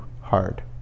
hard